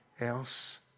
else